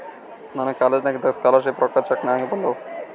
ನನಗ ಕಾಲೇಜ್ನಾಗ್ ಇದ್ದಾಗ ಸ್ಕಾಲರ್ ಶಿಪ್ ರೊಕ್ಕಾ ಚೆಕ್ ನಾಗೆ ಬಂದಾವ್